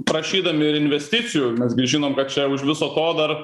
prašydami ir investicijų mes gi žinom kad čia už viso ko dar